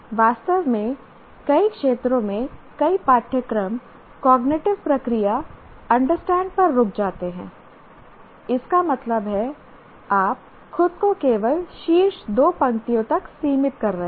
वास्तव में कई क्षेत्रों में कई पाठ्यक्रम कॉग्निटिव प्रक्रिया अंडरस्टैंड पर रुक जाते हैं इसका मतलब है आप खुद को केवल शीर्ष दो पंक्तियों तक सीमित कर रहे हैं